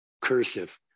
cursive